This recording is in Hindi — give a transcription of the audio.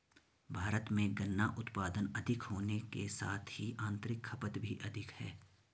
भारत में गन्ना उत्पादन अधिक होने के साथ ही आतंरिक खपत भी अधिक है